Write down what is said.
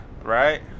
right